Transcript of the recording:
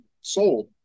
sold